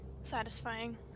Satisfying